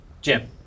Jim